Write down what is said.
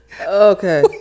Okay